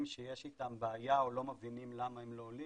שיש איתם בעיה או לא מבינים למה הם לא עולים.